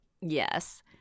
Yes